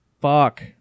fuck